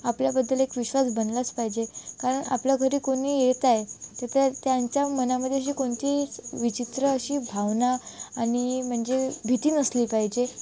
आपल्याबद्दल एक विश्वास बनलाच पाहिजे कारण आपल्या घरी कोणी येत आहे तर त्या त्यांच्या मनामध्ये अशी कोणती विचित्र अशी भावना आणि म्हणजे भीती नसली पाहिजे